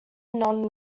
non